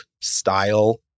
style